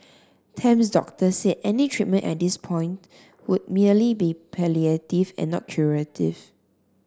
Tam's doctor said any treatment at this point would merely be palliative and not curative